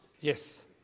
Yes